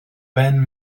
ben